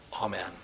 Amen